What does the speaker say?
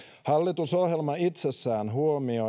hallitusohjelma itsessään huomio